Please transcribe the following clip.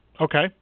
Okay